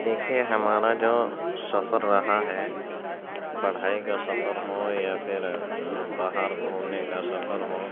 دیکھیں ہمارا جو سفر رہا ہے پڑھائی کا سفر ہو یا پھر باہر گھومنے کا سفر ہو